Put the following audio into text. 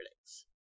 critics